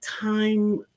time